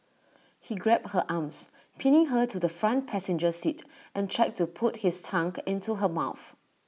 he grabbed her arms pinning her to the front passenger seat and tried to put his tongue into her mouth